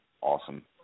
awesome